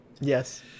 Yes